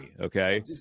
Okay